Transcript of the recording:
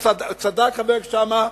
צדק חבר הכנסת שאמה,